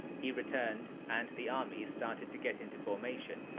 he returned and the armies started to get into formation,